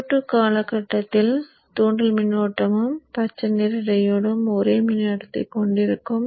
Q2 கால கட்டத்தில் தூண்டல் மின்னோட்டமும் பச்சை நிற டையோடும் ஒரே மின்னோட்டத்தைக் கொண்டிருக்கும்